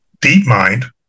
DeepMind